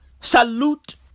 Salute